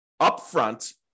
upfront